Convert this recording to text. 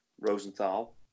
Rosenthal